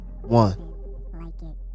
One